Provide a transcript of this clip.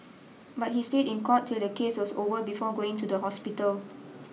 but he stayed in court till the case was over before going to the hospital